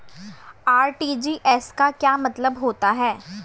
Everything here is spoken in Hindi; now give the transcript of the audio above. आर.टी.जी.एस का क्या मतलब होता है?